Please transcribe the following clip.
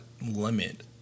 limit